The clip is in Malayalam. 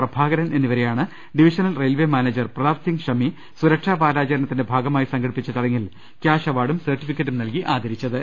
പ്രഭാകരൻ എന്നിവ രെയാണ് divisional railway manager Pratap Singh Shami സുരക്ഷാ വാരാചരണത്തിന്റെ ഭാഗമായി സംഘടിപ്പിച്ച ചടങ്ങിൽ കൃാഷ് അവാർഡും സർട്ടിഫിക്കറ്റും നൽകി ആദരിച്ചത്